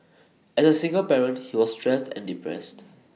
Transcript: as A single parent he was stressed and depressed